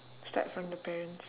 start from the parents